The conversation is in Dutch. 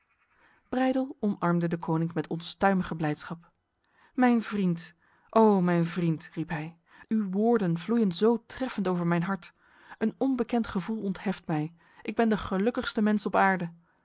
breydel omarmde deconinck met onstuimige blijdschap mijn vriend o mijn vriend riep hij uw woorden vloeien zo treffend over mijn hart een onbekend gevoel ontheft mij ik ben de gelukkigste mens op aarde